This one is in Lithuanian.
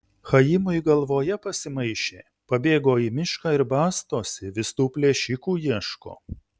chaimui galvoje pasimaišė pabėgo į mišką ir bastosi vis tų plėšikų ieško